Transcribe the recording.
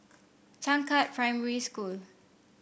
Changkat Primary School